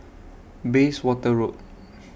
Bayswater Road